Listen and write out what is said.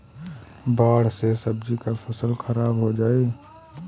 बाढ़ से सब्जी क फसल खराब हो जाई